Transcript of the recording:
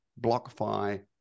BlockFi